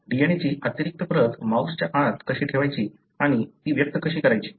DNA ची अतिरिक्त प्रत माउसच्या आत कशी ठेवायची आणि ती व्यक्त कशी करायची